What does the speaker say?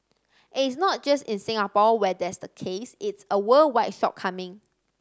and it's not just in Singapore where that's the case it's a worldwide shortcoming